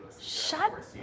Shut